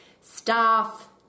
Staff